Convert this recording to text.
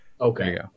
okay